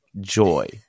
joy